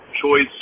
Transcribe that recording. choice